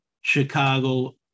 Chicago